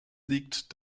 liegt